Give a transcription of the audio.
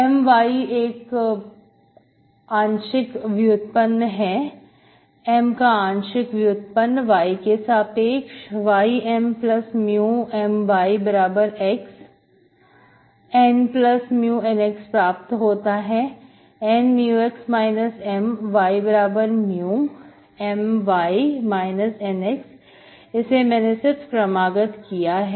My एक आंशिक व्युत्पन्न है M का आंशिक व्युत्पन्न y के सापेक्ष y Mμ Myx Nμ Nx प्राप्त होता है N μx M yμ इसे मैंने सिर्फ क्रमगत किया है